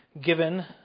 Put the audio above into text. given